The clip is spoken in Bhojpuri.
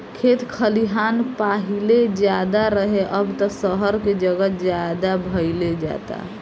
खेत खलिहान पाहिले ज्यादे रहे, अब त सहर के जगह ज्यादे भईल जाता